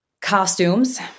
Costumes